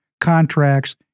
contracts